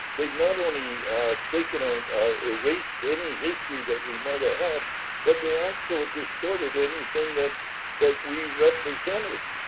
they've not only taken out erased any history that we might have had, but they also a distorted anything that that we represent it.